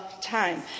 time